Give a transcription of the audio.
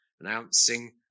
announcing